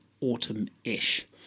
autumn-ish